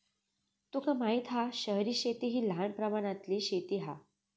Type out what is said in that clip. तुका माहित हा शहरी शेती हि लहान प्रमाणातली शेती हा